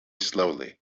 slowly